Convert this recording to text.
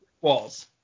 walls